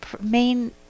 main